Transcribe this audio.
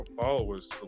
followers